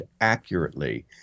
accurately